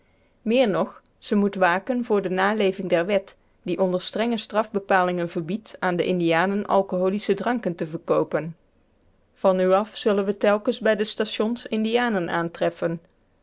meer nog ze moet waken voor de naleving der wet die onder strenge strafbepalingen verbiedt aan de indianen alcoholische dranken te verkoopen van nu af zullen we telkens bij de stations indianen aantreffen